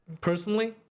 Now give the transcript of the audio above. personally